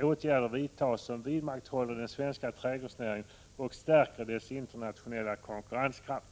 åtgärder vidtas som vidmakthåller den svenska trädgårdsnäringen och stärker dess internationella konkurrenskraft.